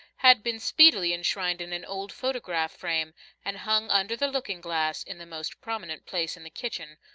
had been speedily enshrined in an old photograph frame and hung under the looking-glass in the most prominent place in the kitchen,